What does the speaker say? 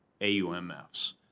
AUMFs